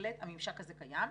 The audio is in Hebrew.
בהחלט הממשק הזה קיים.